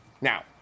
Now